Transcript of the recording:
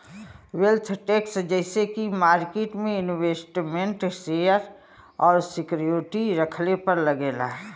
wealth tax जइसे की market में इन्वेस्टमेन्ट शेयर और सिक्योरिटी रखले पर लगेला